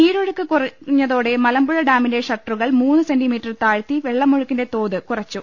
നീരൊഴുക്ക് കുറഞ്ഞതോടെ മലമ്പുഴ ഡാമിന്റെ ഷട്ടറുകൾ മൂന്നു സെന്റീമീറ്റർ താഴ്ത്തി വെള്ളമൊഴുക്കിന്റെ തോത് കുറച്ചു